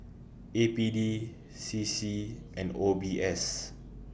A P D C C and O B S